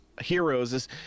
heroes